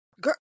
girl